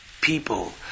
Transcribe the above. people